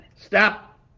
Stop